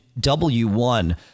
W1